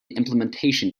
implementation